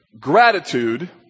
gratitude